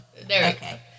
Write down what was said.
Okay